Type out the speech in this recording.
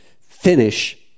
finish